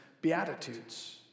Beatitudes